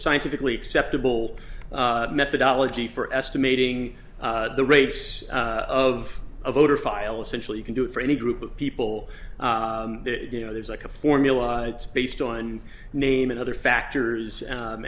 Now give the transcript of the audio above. scientifically acceptable methodology for estimating the rates of a voter file essentially you can do it for any group of people you know there's like a formula it's based on a name and other factors